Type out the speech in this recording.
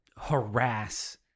harass